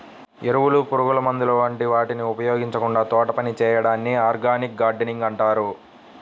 ఎరువులు, పురుగుమందుల వంటి వాటిని ఉపయోగించకుండా తోటపని చేయడాన్ని ఆర్గానిక్ గార్డెనింగ్ అంటారు